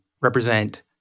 represent